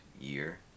year